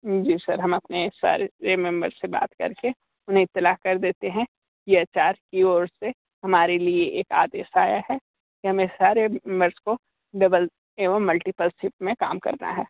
जी sir हम अपने सारे मेंबर्स से बात करके उन्हें इत्तिला कर देते हैं कि एच आर की ओर से हमारे लिए यह आदेश आया है कि हमें सारे मेंबर्स को डबल एवं मल्टीपल शिफ्ट में काम करना है